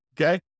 Okay